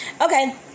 Okay